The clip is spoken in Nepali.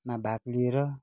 मा भाग लिएर